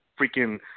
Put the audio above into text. freaking